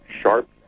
sharp